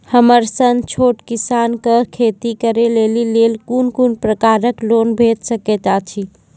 हमर सन छोट किसान कअ खेती करै लेली लेल कून कून प्रकारक लोन भेट सकैत अछि?